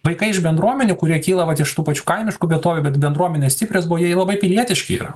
vaikai iš bendruomenių kurie kyla vat iš tų pačių kaimiškų vietovių bet bendruomenės stiprios buvo jie labai pilietiški yra